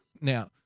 Now